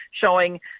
showing